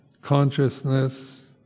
consciousness